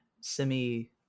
semi